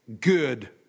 good